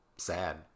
sad